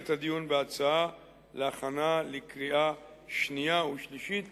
את הדיון בהצעה להכנה לקריאה שנייה ושלישית